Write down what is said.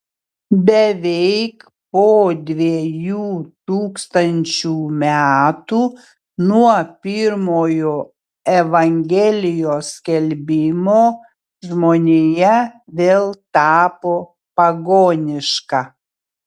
beveik po dviejų tūkstančių metų nuo pirmojo evangelijos skelbimo žmonija vėl tapo pagoniška